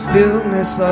Stillness